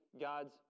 God's